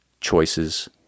choices